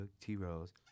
T-Rose